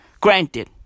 Granted